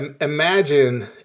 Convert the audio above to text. imagine